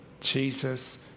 Jesus